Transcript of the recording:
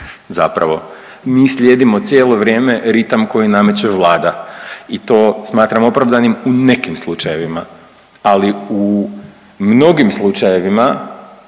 zapravo. Mi slijedimo cijelo vrijeme ritam koji nameće Vlada i to smatram opravdanim u nekim slučajevima. Ali u mnogim slučajevima